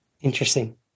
Interesting